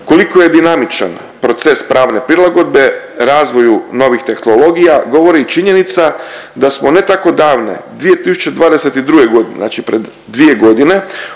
Koliko je dinamičan proces pravne prilagodbe razvoju novih tehnologija govori i činjenica da smo ne tako davne 2022. godine znači pred 2 godine